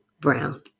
Brown